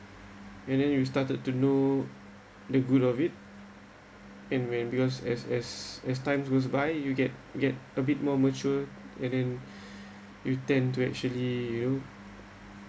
and then you started to know the good of it and when because as as as time goes by you get get a bit more mature and then you tend to actually you know